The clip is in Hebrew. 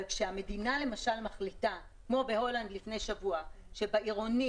אבל כשהמדינה למשל מחליטה כמו בהולנד לפני שבוע שבעירוני